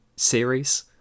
series